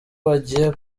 bagiye